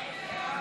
סעיף 1